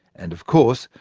and of course,